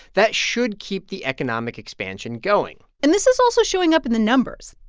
that should keep the economic expansion going and this is also showing up in the numbers.